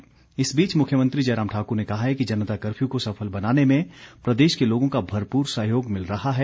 जयराम इस बीच मुख्यमंत्री जयराम ठाकुर ने कहा है कि जनता कर्फ्यू को सफल बनाने में प्रदेश के लोगों का भरपूर सहयोग मिल रहा है